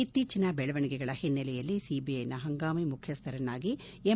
ಇತ್ತೀಚನ ದೆಳವಣಿಗೆಗಳ ಹಿನ್ನೆಲೆಯಲ್ಲಿ ಸಿಬಿಐನ ಹಂಗಾಮಿ ಮುಖ್ಯಸ್ಥರನ್ನಾಗಿ ಎಂ